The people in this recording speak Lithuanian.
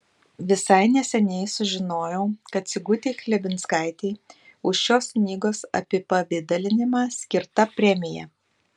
visai neseniai sužinojau kad sigutei chlebinskaitei už šios knygos apipavidalinimą skirta premija